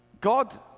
God